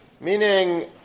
Meaning